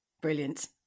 Brilliant